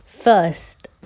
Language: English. First